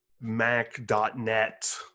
Mac.net